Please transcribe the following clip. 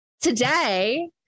today